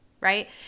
Right